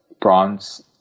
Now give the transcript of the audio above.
bronze